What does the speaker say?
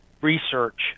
research